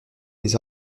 des